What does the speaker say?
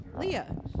Leah